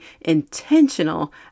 intentional